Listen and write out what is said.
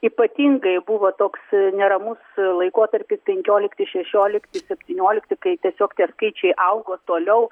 ypatingai buvo toks neramus laikotarpis penkiolikti šešiolikti septyniolikti kai tiesiog tie skaičiai augo toliau